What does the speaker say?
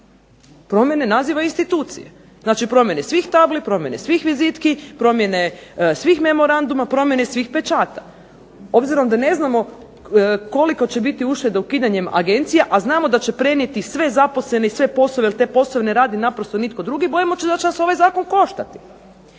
promjene naziva institucije. Znači promjene svih tabli, promjene svih vizitki, promjene svih memoranduma, promjene svih pečata. Obzirom da ne znamo kolika će biti ušteda ukidanjem agencija, a znamo da će prenijeti sve zaposlene i sve poslove jer taj posao ne radi naprosto nitko drugi, bojim se da će nas ovaj zakon koštati.